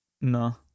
No